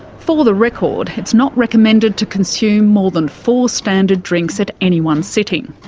for the record, it's not recommended to consume more than four standard drinks at any one sitting.